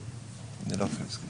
עוד מעט,